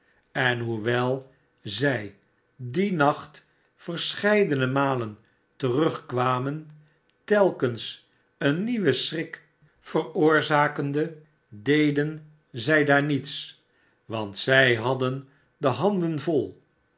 en hoewel zij dien nacht verscheidene malen terugkwamen telkens een nieuwen schnk veroorzakende deden zij daar niets want zij hadden de handen vol